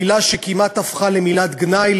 מילה שכמעט הפכה למילת גנאי,